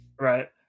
right